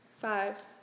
Five